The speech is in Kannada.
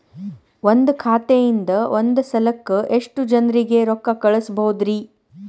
ಒಂದ್ ಖಾತೆಯಿಂದ, ಒಂದ್ ಸಲಕ್ಕ ಎಷ್ಟ ಜನರಿಗೆ ರೊಕ್ಕ ಕಳಸಬಹುದ್ರಿ?